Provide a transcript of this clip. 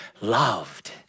loved